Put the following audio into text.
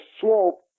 slope